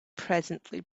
presently